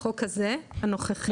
החוק הנוכחי?